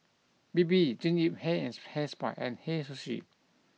Bebe Jean Yip Hair and Hair Spa and Hei Sushi